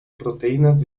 proteínas